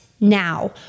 now